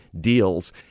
deals